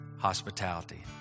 hospitality